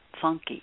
funky